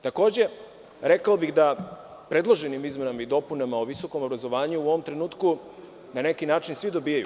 Takođe, rekao bih da predloženim izmenama i dopunama Zakona o visokom obrazovanju u ovom trenutku na neki način svi dobijaju.